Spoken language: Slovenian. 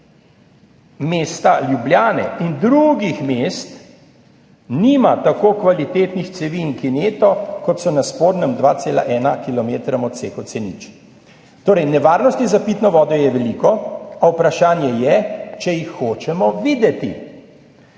mesta Ljubljana in drugih mest nima tako kvalitetnih cevi in kinete, kot so na spornem 2,1-kilometrskem odseku C0. Torej, nevarnosti za pitno vodo je veliko, a vprašanje je, če jih hočemo videti.